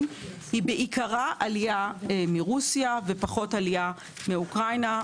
היא בעיקרה עלייה מרוסיה ופחות עלייה מאוקראינה.